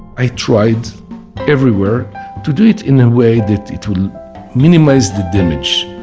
i tried everywhere to do it in a way that it will minimize the damage.